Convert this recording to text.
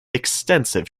extensive